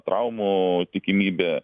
traumų tikimybė